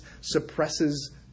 suppresses